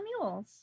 Mules